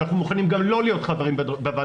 אנחנו מוכנים גם לא להיות חברים בוועדה.